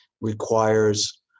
requires